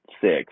six